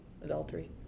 Adultery